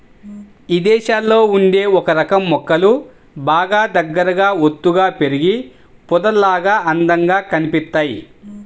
ఇదేశాల్లో ఉండే ఒకరకం మొక్కలు బాగా దగ్గరగా ఒత్తుగా పెరిగి పొదల్లాగా అందంగా కనిపిత్తయ్